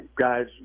guys